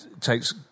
takes